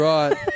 Right